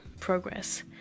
progress